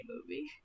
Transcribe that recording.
movie